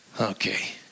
okay